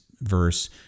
verse